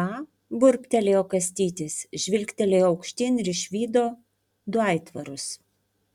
ką burbtelėjo kastytis žvilgtelėjo aukštyn ir išvydo du aitvarus